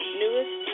newest